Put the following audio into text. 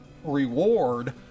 reward